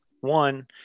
One